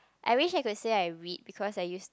I wish I could say I read because I use